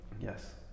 Yes